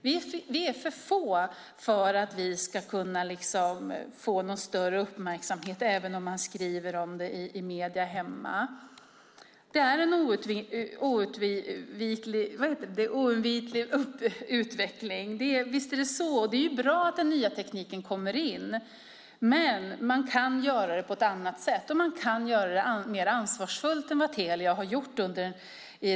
Vi är för få för att vi ska kunna få någon större uppmärksamhet även om man skriver om det i medierna hemma. Visst är det en oundviklig utveckling, och det är bra att den nya tekniken kommer in. Men man kan göra det på ett annat sätt och mer ansvarsfullt än vad Telia har gjort.